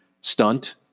stunt